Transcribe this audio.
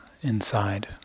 inside